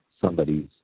somebody's